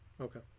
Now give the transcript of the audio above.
okay